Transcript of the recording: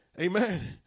Amen